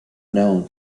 known